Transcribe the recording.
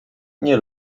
nie